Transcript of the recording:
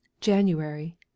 january